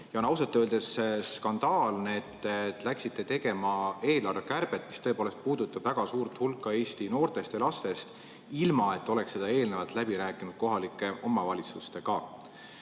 Ja on ausalt öeldes skandaalne, et te läksite tegema eelarvekärbet, mis tõepoolest puudutab väga suurt hulka Eesti noortest ja lastest, ilma et oleksite seda eelnevalt läbi rääkinud kohalike omavalitsustega.